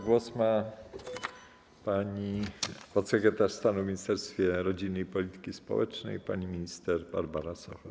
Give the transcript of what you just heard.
Głos ma podsekretarz stanu w Ministerstwie Rodziny i Polityki Społecznej pani minister Barbara Socha.